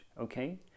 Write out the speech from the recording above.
okay